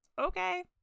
okay